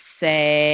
say